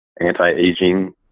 anti-aging